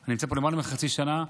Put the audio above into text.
אני נמצא פה למעלה מחצי שנה,